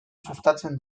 sustatzen